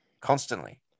constantly